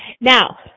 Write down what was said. Now